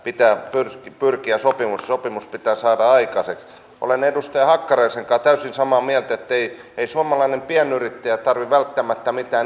miten te olette arvioinut tämän pakkolakipaketin läpi mennessä jos se nyt jostain syystä menisi läpi sen vaikutuksia kotimarkkinoihin